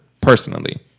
personally